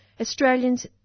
Australians